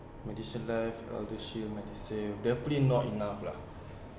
MediShield Life ElderShield MediSave definitely not enough lah